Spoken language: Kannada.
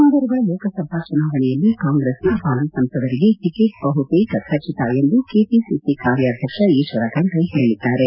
ಮುಂಬರುವ ಲೋಕಸಭಾ ಚುನಾವಣೆಯಲ್ಲಿ ಕಾಂಗ್ರೆಸ್ನ ಹಾಲಿ ಸಂಸದರಿಗೆ ಟಿಕೆಟ್ ಬಹುತೇಕ ಖಜಿತ ಎಂದು ಕೆಪಿಸಿಸಿ ಕಾರ್ಯಾಧ್ಯಕ್ಷ ಈಶ್ವರ ಖಂಡ್ರೆ ಹೇಳಿದ್ದಾರೆ